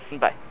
Bye